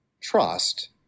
Trust